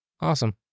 awesome